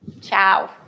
Ciao